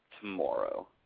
Tomorrow